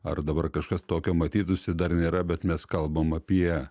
ar dabar kažkas tokio matytųsi dar nėra bet mes kalbam apie